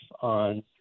on